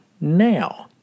now